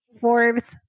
Forbes